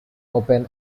open